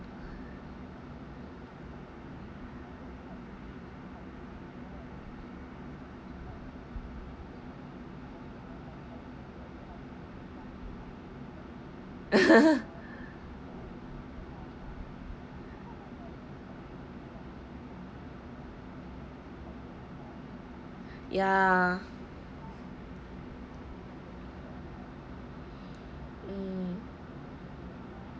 ya mm